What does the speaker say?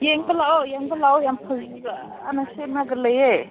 ꯌꯦꯡꯕ ꯂꯥꯛꯑꯣ ꯌꯦꯡꯕ ꯂꯥꯛꯑꯣ ꯌꯥꯝ ꯐꯖꯅ ꯁꯦꯝꯂꯒ ꯂꯩꯌꯦ